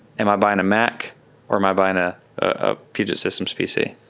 am i buying a mac or am i buying a a puget systems pc?